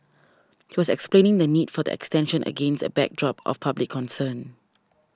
he was explaining the need for the extension against a backdrop of public concern